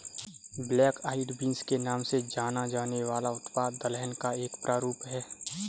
black eyed beans के नाम से जाना जाने वाला उत्पाद दलहन का एक प्रारूप है